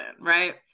right